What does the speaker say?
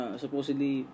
supposedly